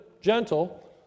gentle